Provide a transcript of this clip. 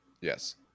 yes